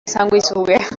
sanguisughe